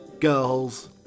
girls